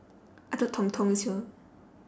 I thought tong-tong is your